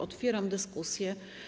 Otwieram dyskusję.